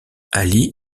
ali